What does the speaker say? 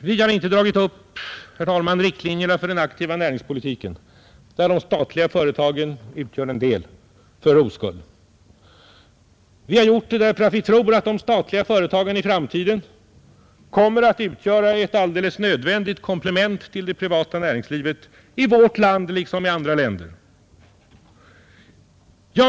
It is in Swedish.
Vi har inte för ro skull, herr talman, dragit upp riktlinjerna för den aktiva näringspolitiken, där de statliga företagen utgör en del. Vi har gjort det därför att vi tror att de statliga företagen i framtiden kommer att utgöra ett alldeles nödvändigt komplement till det privata näringslivet i vårt land liksom i andra länder.